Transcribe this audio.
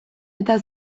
eta